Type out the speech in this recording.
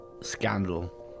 scandal